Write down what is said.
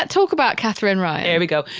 talk about katherine ryan here we go.